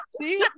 See